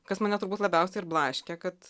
kas mane turbūt labiausiai ir blaškė kad